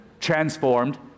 transformed